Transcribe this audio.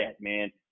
man